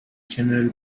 general